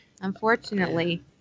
unfortunately